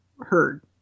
heard